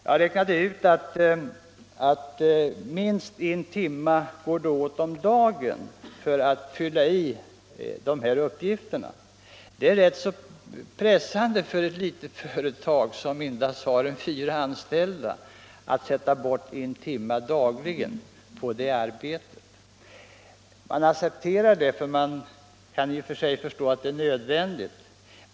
Jag har räknat Näringspolitiken Näringspolitiken ut att det tar minst en halv timme om dagen för att fylla i dessa uppgifter. Det är rätt pressande för ett litet företag, som kanske endast har fyra anställda, att använda en halv timme dagligen för det arbetet. Man accepterar det, för man kan i och för sig förstå att det är nödvändigt.